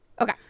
Okay